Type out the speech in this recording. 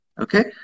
Okay